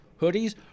hoodies